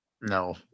no